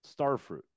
starfruit